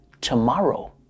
tomorrow